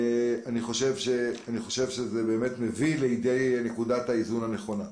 זה באמת מביא לנקודת האיזון הנכונה.